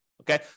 Okay